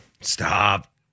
Stop